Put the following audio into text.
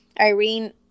Irene